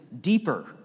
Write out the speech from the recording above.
deeper